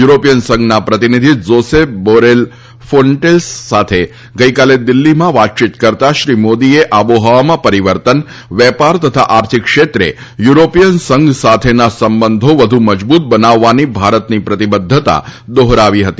European સંઘના પ્રતિનિધિ Josep Borrell Fontelles સાથે ગઇકાલે દિલ્ફીમાં વાતચીત કરતાં શ્રી મોદીએ આબોહવામાં પરીવર્તન વેપાર તથા આર્થિક ક્ષેત્રે યુરોપીયન સંઘ સાથેના સંબંધો વધુ મજબુત બનાવવાની ભારતની પ્રતિબધ્ધતા દોહરાવી હતી